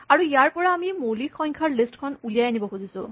আৰু ইয়াৰ পৰা আমি মৌলিক সংখ্যাৰ লিষ্ট খন উলিয়াই আনিবলৈ খুজিব পাৰোঁ